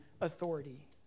authority